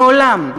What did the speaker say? מעולם.